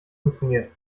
funktioniert